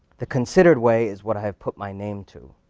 the considered way is what i have put my name to.